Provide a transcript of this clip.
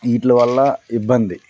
వీటి వల్ల ఇబ్బంది